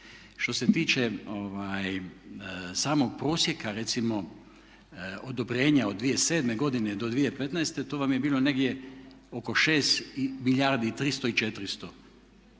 Što se tiče samog prosjeka recimo odobrenja od 2007. godine do 2015. to vam je bilo negdje oko 6 milijardi i 300 i 400.